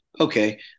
Okay